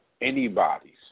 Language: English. anybody's